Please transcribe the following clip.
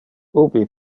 ubi